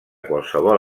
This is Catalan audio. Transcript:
qualsevol